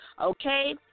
Okay